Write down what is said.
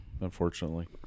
unfortunately